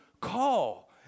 Call